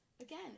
Again